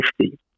safety